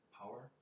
power